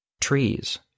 Trees